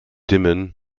dimmen